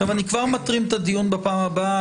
אני כבר מטרים את הדיון בפעם הבאה.